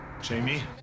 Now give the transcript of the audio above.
Jamie